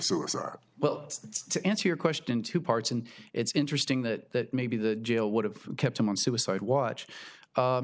suicide well to answer your question two parts and it's interesting that maybe the jail would have kept him on suicide watch